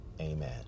Amen